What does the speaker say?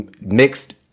mixed